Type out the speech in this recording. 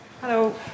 Hello